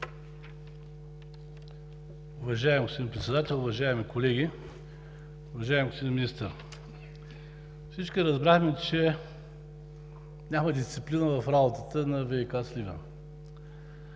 господин Председател, уважаеми колеги, уважаеми господин Министър! Всички разбрахме, че няма дисциплина в работата на ВиК – Сливен.